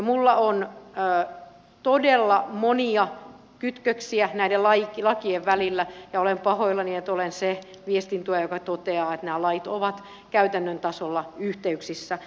minulla on todella monia kytköksiä näiden lakien välillä ja olen pahoillani että olen se viestintuoja joka toteaa että nämä lait ovat käytännön tasolla yhteyksissä